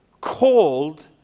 called